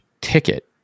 ticket